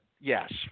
yes